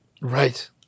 Right